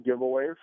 giveaways